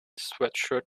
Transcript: sweatshirt